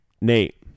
Nate